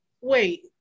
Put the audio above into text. wait